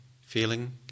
feeling